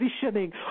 positioning